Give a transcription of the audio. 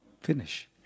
Finish